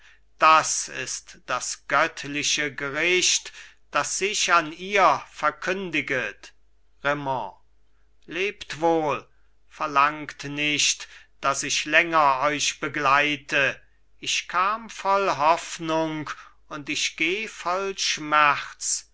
das ist das göttliche gericht das sich an ihr verkündiget raimond lebt wohl verlangt nicht daß ich länger euch begleite ich kam voll hoffnung und ich geh voll schmerz